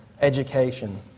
education